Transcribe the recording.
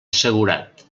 assegurat